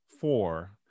four